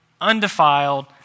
undefiled